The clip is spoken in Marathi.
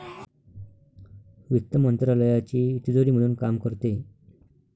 वित्त मंत्रालयाची तिजोरी म्हणून काम करते